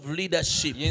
leadership